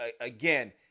again